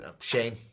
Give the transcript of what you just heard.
Shame